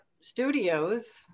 Studios